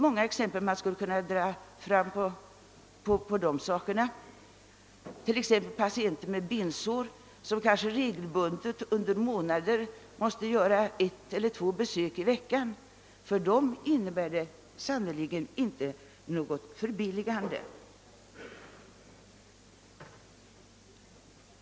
Jag skulle kunna anföra många exempel på det; exempelvis för patienter med bensår, som regelbundet kanske under månader måste göra ett eller två läkarbesök i veckan innebär reformen sannerligen inte något förbilligande.